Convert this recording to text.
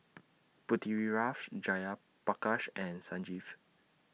Pritiviraj Jayaprakash and Sanjeev